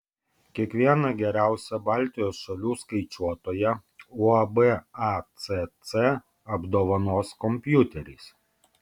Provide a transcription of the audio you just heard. kiekvieną geriausią baltijos šalių skaičiuotoją uab acc apdovanos kompiuteriais